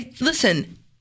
Listen